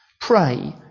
Pray